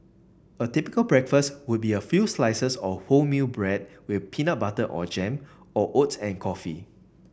a typical breakfast would be a few slices of wholemeal bread with peanut butter or jam or oats and coffee